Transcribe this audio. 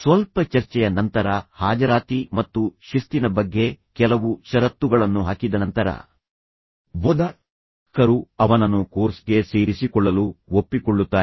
ಸ್ವಲ್ಪ ಚರ್ಚೆಯ ನಂತರ ಹಾಜರಾತಿ ಮತ್ತು ಶಿಸ್ತಿನ ಬಗ್ಗೆ ಕೆಲವು ಷರತ್ತುಗಳನ್ನು ಹಾಕಿದ ನಂತರ ಬೋಧಕರು ಅವನನ್ನು ಕೋರ್ಸ್ಗೆ ಸೇರಿಸಿಕೊಳ್ಳಲು ಒಪ್ಪಿಕೊಳ್ಳುತ್ತಾರೆ